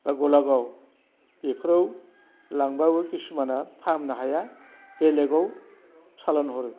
बा गलागाव बेफोराव लांब्लाबो किसुमाना फाहामनो हाया बेलेगाव सालनाहरो